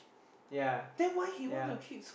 yeah yeah